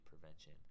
prevention